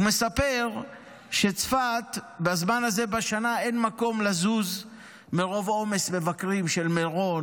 הוא מספר שבצפת בזמן הזה בשנה אין מקום לזוז מרוב עומס מבקרים במירון